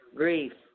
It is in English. grief